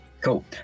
cool